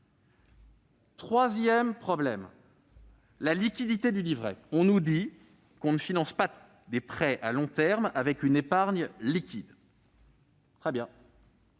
troisième problème est la liquidité du livret. On nous indique qu'on ne finance pas des prêts à long terme avec une épargne liquide. Très bien.